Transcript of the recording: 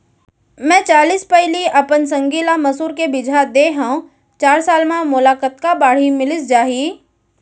मैं चालीस पैली अपन संगी ल मसूर के बीजहा दे हव चार साल म मोला कतका बाड़ही मिलिस जाही?